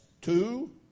two